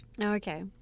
Okay